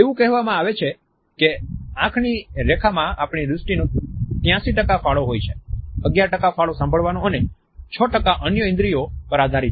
એવું કહેવામાં આવે છે કે આંખની રેખામા આપણી દૃષ્ટિ નો 83 ફાળો હોય છે 11 ફાળો સાંભળવાનો અને 6 અન્ય ઇન્દ્રિયો પર આધારિત છે